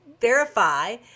verify